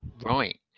Right